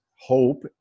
hope